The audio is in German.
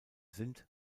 sind